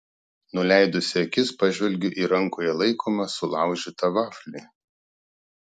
nuleidusi akis pažvelgiu į rankoje laikomą sulaužytą vaflį